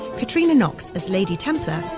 catriona knox as lady templar,